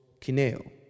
kineo